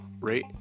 rate